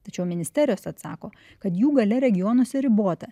tačiau ministerijos atsako kad jų galia regionuose ribota